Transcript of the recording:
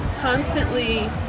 constantly